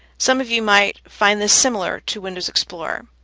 some of you might find this similar to windows explorer.